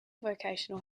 vocational